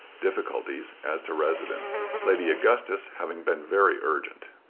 difficulties as to residence, lady augustus having been very urgent.